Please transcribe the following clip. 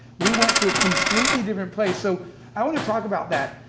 we went to a completely different place. so i want to talk about that.